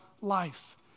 life